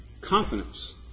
confidence